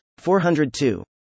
402